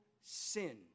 sin